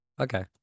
Okay